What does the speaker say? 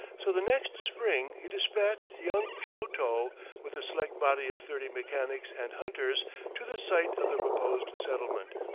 so, the next spring he dispatched young chouteau with a select body of thirty mechanics and hunters to the site of the proposed settlement.